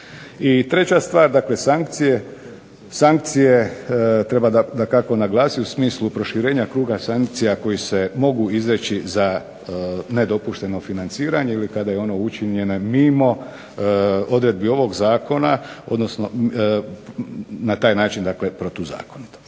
sankcije. Sankcije treba dakako naglasiti u smislu proširenja kruga sankcija koji se mogu izreći za nedopušteno financiranje ili kada je ono učinjeno mimo odredbi ovog zakona, odnosno na taj način, dakle protuzakonito.